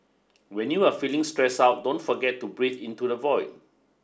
when you are feeling stress out don't forget to breathe into the void